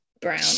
brown